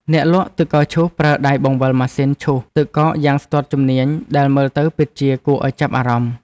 អ្នកលក់ទឹកកកឈូសប្រើដៃបង្វិលម៉ាស៊ីនឈូសទឹកកកយ៉ាងស្ទាត់ជំនាញដែលមើលទៅពិតជាគួរឱ្យចាប់អារម្មណ៍។